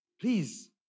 Please